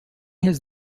his